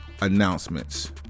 announcements